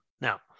Now